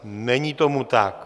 Není tomu tak.